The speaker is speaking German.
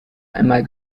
einmal